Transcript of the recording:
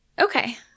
Okay